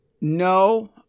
No